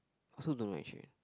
also don't know actually